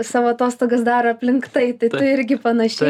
savo atostogas daro aplink tai tu irgi panašiai